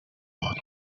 d’entre